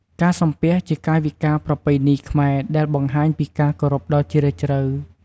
ការសំពះជាកាយវិការប្រពៃណីខ្មែរដែលបង្ហាញពីការគោរពដ៏ជ្រាលជ្រៅ។